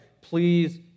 please